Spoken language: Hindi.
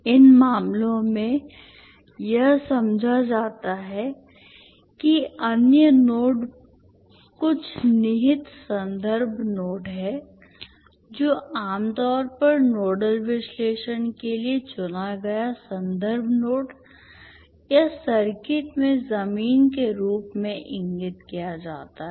उन मामलों में यह समझा जाता है कि अन्य नोड कुछ निहित संदर्भ नोड है जो आमतौर पर नोडल विश्लेषण के लिए चुना गया संदर्भ नोड या सर्किट में जमीन के रूप में इंगित किया जाता है